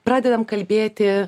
pradedam kalbėti